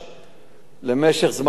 למשך זמן המאסר,